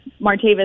Martavis